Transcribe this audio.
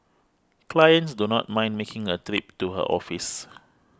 clients do not mind making a trip to her office